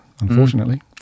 unfortunately